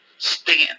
stand